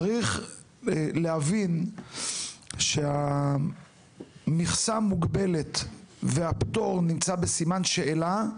צריך להבין שמכסה מוגבלת והפטור נמצא בסימן שאלה,